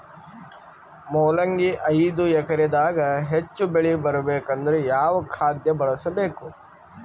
ಮೊಲಂಗಿ ಐದು ಎಕರೆ ದಾಗ ಹೆಚ್ಚ ಬೆಳಿ ಬರಬೇಕು ಅಂದರ ಯಾವ ಖಾದ್ಯ ಬಳಸಬೇಕು?